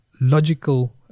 logical